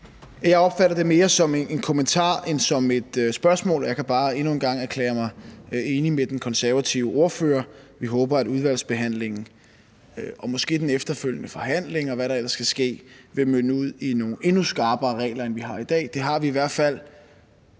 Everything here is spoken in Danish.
Jeg opfatter det mere som en kommentar end som et spørgsmål. Jeg kan bare endnu en gang erklære mig enig med den konservative ordfører. Vi håber, at udvalgsbehandlingen og måske den efterfølgende forhandling, og hvad der ellers skal ske, vil munde ud i nogle endnu skarpere regler, end vi har i dag. Det har vi i hvert fald